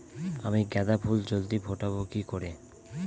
আমি গাঁদা ফুল জলদি ফোটাবো কি করে?